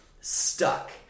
stuck